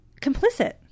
complicit